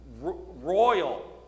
royal